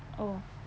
oh